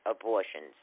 abortions